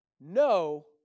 No